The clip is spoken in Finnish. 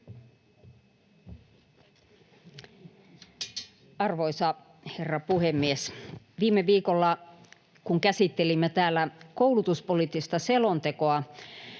Arvoisa herra puhemies! Viime viikolla, kun käsittelimme täällä koulutuspoliittista selontekoa,